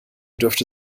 dürfte